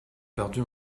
perdu